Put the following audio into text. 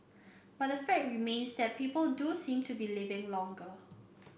but the fact remains that people do seem to be living longer